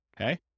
okay